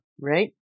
Right